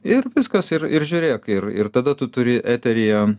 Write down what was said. ir viskas ir ir žiūrėk ir ir tada tu turi eteryje